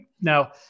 Now